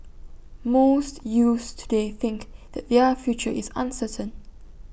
most youths today think that their future is uncertain